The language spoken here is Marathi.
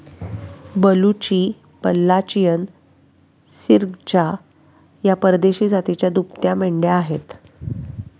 बलुची, बल्लाचियन, सिर्गजा या परदेशी जातीच्या दुभत्या मेंढ्या आहेत